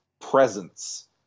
presence